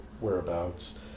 whereabouts